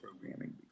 programming